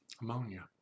Ammonia